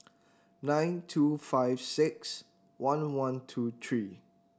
nine two five six one one two three